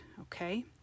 okay